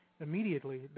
immediately